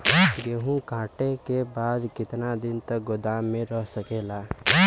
गेहूँ कांटे के बाद कितना दिन तक गोदाम में रह सकेला?